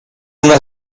una